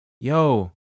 yo